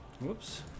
Whoops